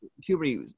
puberty